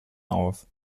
auf